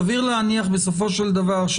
סביר להניח בסופו של דבר,